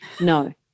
No